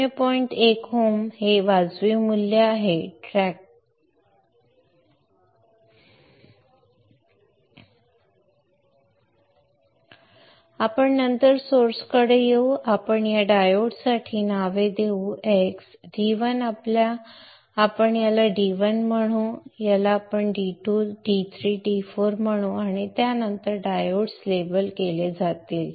1 ohm हे वाजवी मूल्य आहे ट्रॅक च्या काळजी आपण नंतर सोर्स कडे येऊ आपण या डायोडसाठी नावे देऊ x d 1 आपण याला d1 म्हणू आपण याला d2 d4 d3 म्हणू आणि त्यानंतर डायोड्स लेबल केले जातील